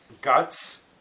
guts